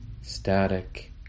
static